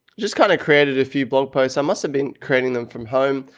just kind of created a few blog posts. i must have been creating them from home,